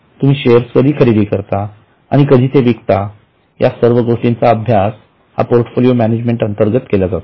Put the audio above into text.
तुम्ही शेअर्स खरेदी कधी करता आणि कधी ते विकता या सर्व गोष्टींचा अभ्यास पोर्टफोलिओ मॅनेजमेंट अंतर्गत केला जातो